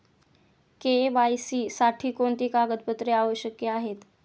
KYC साठी कोणती कागदपत्रे आवश्यक आहेत?